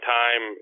time